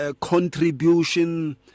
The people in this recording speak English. contribution